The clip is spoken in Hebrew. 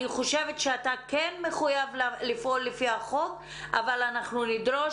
אני חושבת שאתה כן מחויב לפעול לפי החוק אבל אנחנו נדרוש